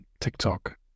TikTok